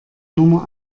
nummer